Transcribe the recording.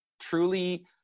truly